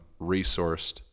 resourced